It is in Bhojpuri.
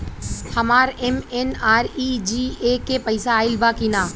हमार एम.एन.आर.ई.जी.ए के पैसा आइल बा कि ना?